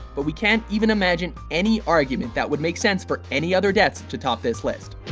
but we can't even imagine any argument that would make sense for any other death to top this list.